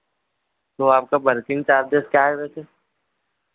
तो आपका working charges क्या है वैसे